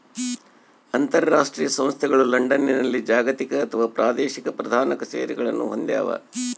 ಅಂತರಾಷ್ಟ್ರೀಯ ಸಂಸ್ಥೆಗಳು ಲಂಡನ್ನಲ್ಲಿ ಜಾಗತಿಕ ಅಥವಾ ಪ್ರಾದೇಶಿಕ ಪ್ರಧಾನ ಕಛೇರಿಗಳನ್ನು ಹೊಂದ್ಯಾವ